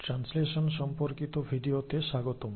translation সম্পর্কিত ভিডিওতে স্বাগতম